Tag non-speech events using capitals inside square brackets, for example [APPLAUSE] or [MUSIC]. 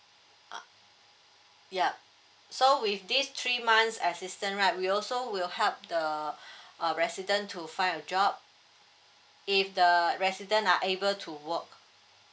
uh yup so with this three months assistance right we also will help the [BREATH] uh resident to find a job if the resident are able to work